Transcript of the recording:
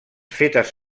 fetes